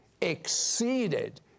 exceeded